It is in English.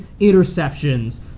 interceptions